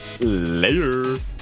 Later